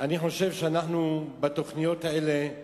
אני חושב שבתוכניות האלה,